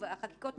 לזה התנגדות,